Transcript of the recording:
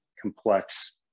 complex